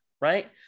right